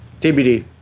TBD